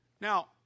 Now